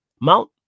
Mount